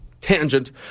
tangent